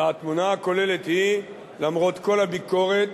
והתמונה הכוללת היא, למרות כל הביקורת,